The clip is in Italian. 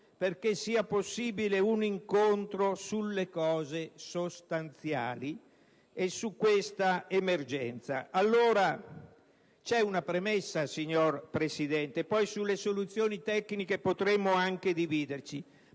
perché sia possibile un incontro sulle cose sostanziali e su questa emergenza. E allora c'è una premessa, signor Presidente: magari poi sulle soluzioni tecniche potremo anche dividerci,